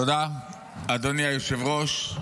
תודה, אדוני היושב-ראש.